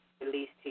released